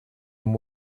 and